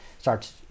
starts